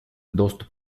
доступ